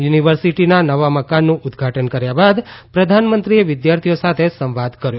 યુનીવર્સીટીના નવા મકાનનું ઉદઘાટન કર્યા બાદ પ્રધાનમંત્રી વિદ્યાર્થીઓ સાથે સંવાદ કરશે